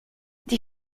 die